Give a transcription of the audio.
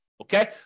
Okay